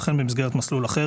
וכן במסגרת מסלול אחר,